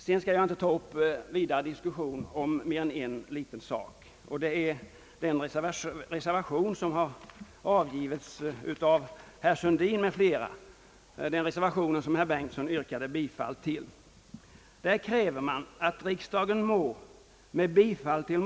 Jag skall inte ta upp vidare diskussion om mer än en liten sak. Det gäller den reservation som avgivits av herr Sundin m.fl., den reservation herr Bengtson yrkade bifall till.